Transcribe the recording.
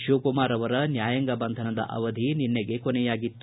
ಶಿವಕುಮಾರ್ ಅವರ ನ್ಯಾಯಾಂಗ ಬಂಧನದ ಅವಧಿ ನಿನ್ನೆಗೆ ಕೊನೆಯಾಗಿತ್ತು